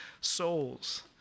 souls